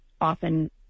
often